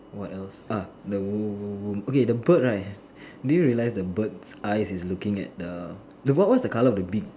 what else ah the wo~ wo~ wo~ okay the bird right do you realise the bird eyes is looking at the the what what is the colour of the beak